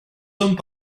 hommes